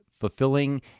fulfilling